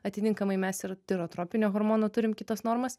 atitinkamai mes ir tirotropinio hormono turim kitas normas